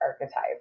archetype